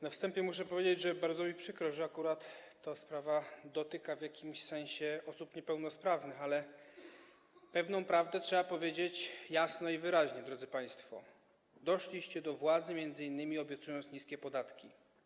Na wstępie muszę powiedzieć, że bardzo mi przykro, że akurat ta sprawa dotyka w jakimś sensie osób niepełnosprawnych, ale pewną prawdę trzeba powiedzieć jasno i wyraźnie: drodzy państwo, doszliście do władzy, m.in. obiecując niskie podatki.